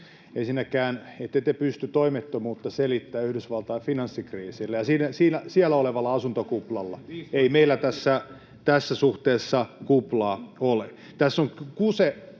Ensinnäkään ette te pysty toimettomuutta selittämään Yhdysvaltain finanssikriisillä ja siellä olevalla asuntokuplalla. Ei meillä tässä suhteessa kuplaa ole. Tässä on kyse